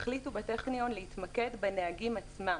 החליטו בטכניון להתמקד בנהגים עצמם,